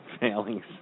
failings